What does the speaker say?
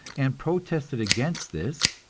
and protested against this,